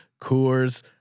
Coors